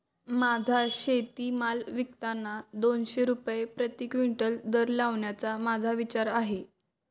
माझा शेतीमाल विकताना दोनशे रुपये प्रति क्विंटल दर लावण्याचा माझा विचार आहे